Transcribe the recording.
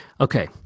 Okay